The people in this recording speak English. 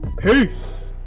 Peace